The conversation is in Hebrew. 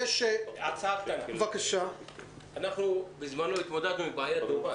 הצעה קטנה: בזמנו אנחנו התמודדנו עם בעיה דומה,